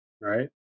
Right